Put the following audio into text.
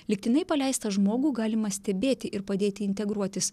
lygtinai paleistą žmogų galima stebėti ir padėti integruotis